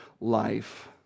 life